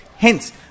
Hence